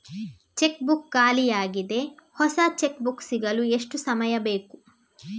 Check book ಖಾಲಿ ಯಾಗಿದೆ, ಹೊಸ ಚೆಕ್ ಬುಕ್ ಸಿಗಲು ಎಷ್ಟು ಸಮಯ ಬೇಕು?